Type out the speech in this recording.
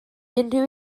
unrhyw